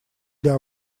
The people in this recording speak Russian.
для